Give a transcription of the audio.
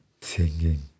singing